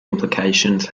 implications